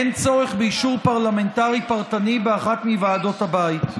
אין צורך באישור פרלמנטרי פרטני באחת מוועדות הבית.